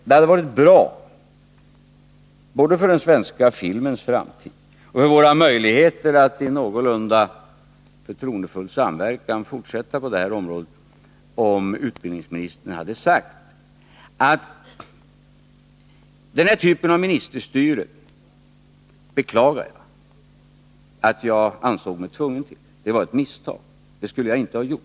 Det hade varit bra — både för den svenska filmens framtid och för våra möjligheter att i någorlunda förtroendefull samverkan fortsätta på det här området — om utbildningsministern sagt: Jag beklagar att jag ansåg mig tvungen till den här typen av ministerstyre. Det var ett misstag — det skulle jag inte ha gjort.